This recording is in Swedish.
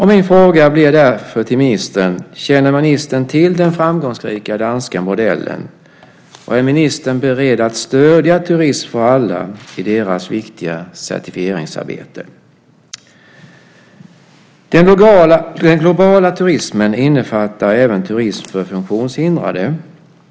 Min fråga till ministern blir därför: Känner ministern till den framgångsrika danska modellen, och är ministern beredd att stödja Turism för alla i deras viktiga certifieringsarbete? Den globala turismen innefattar även turism för funktionshindrade.